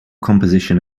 composition